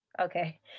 okay